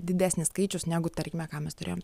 didesnis skaičius negu tarkime ką mes turėjom